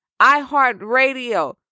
iHeartRadio